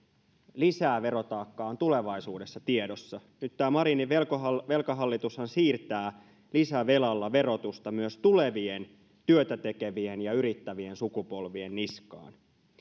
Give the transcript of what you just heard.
lisää verotaakkaa on tulevaisuudessa tiedossa tämä marinin velkahallitushan siirtää lisävelalla verotusta myös tulevien työtätekevien ja yrittävien sukupolvien niskaan